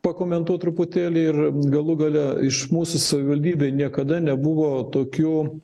pakomentuot truputėlį ir galų gale iš mūsų savivaldybėj niekada nebuvo tokių